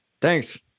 Thanks